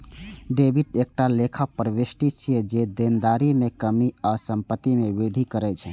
debit एकटा लेखा प्रवृष्टि छियै, जे देनदारी मे कमी या संपत्ति मे वृद्धि करै छै